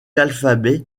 l’alphabet